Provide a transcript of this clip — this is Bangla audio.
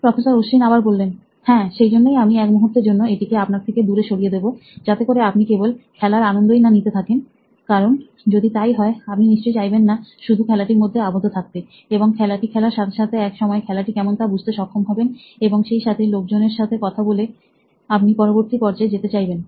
প্রফেসর অশ্বিন হ্যাঁ সেই জন্যই আমি এক মুহূর্তের জন্য এটিকে আপনার থেকে দূরে সরিয়ে দেব যাতে করে আপনি কেবল খেলার আনন্দই না নিতে থাকেন কারণ যদি তাই হয় আপনি নিশ্চয়ই চাইবেন না শুধু খেলাটির মধ্যেই আবদ্ধ থাকতে এবং খেলাটি খেলার সাথে সাথে একটা সময় খেলাটি কেমন তা বুঝতে সক্ষম হবেন এবং সেইসাথে লোকজনের সাথে কথা বলে আপনি পরবর্তী পর্যায় যেতে চাইবেন